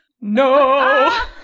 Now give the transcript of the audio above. No